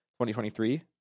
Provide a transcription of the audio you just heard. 2023